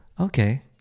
okay